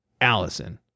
Allison